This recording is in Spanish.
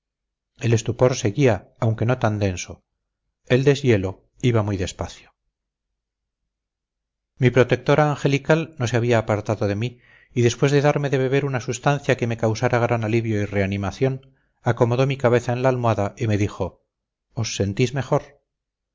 el estupor seguía aunque no tan denso el deshielo iba muy despacio mi protectora angelical no se había apartado de mí y después de darme de beber una sustancia que me causara gran alivio y reanimación acomodó mi cabeza en la almohada y me dijo os sentís mejor